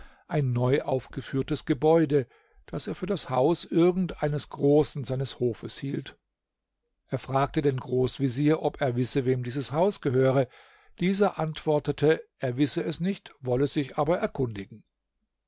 ein neuaufgeführtes gebäude das er für das haus irgend eines großen seines hofes hielt er fragte den großvezier ob er wisse wem dieses haus gehöre dieser antwortete er wisse es nicht wolle sich aber erkundigen